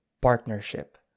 partnership